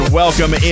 welcome